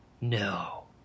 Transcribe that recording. No